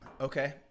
Okay